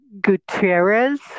Gutierrez